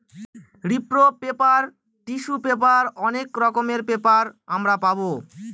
রিপ্র paper, tissue paper অনেক রকমের পেপার আমরা পাবো